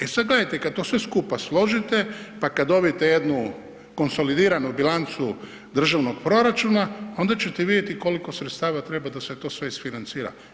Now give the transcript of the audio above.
E sad, gledajte, kad to sve skupa složite pa kad dobijete jednu konsolidiranu bilancu državnog proračuna, onda ćete vidjeti koliko sredstava treba da se to sve isfinancira.